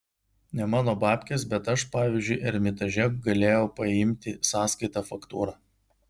ne mano babkės bet aš pavyzdžiui ermitaže galėjau paimti sąskaitą faktūrą